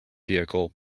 vehicle